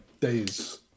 days